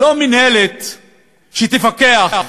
לא מינהלת שתפקח,